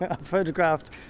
photographed